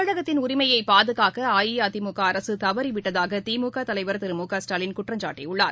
தமிழகத்தின் உரிமையபாதுனக்கஅஇஅதிமுகஅரசுதவறிவிட்டதாகதிமுகதலைவர் திரு மு க ஸ்டாலின் குற்றம் சாட்டியுள்ளார்